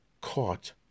caught